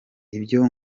ibyo